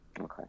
Okay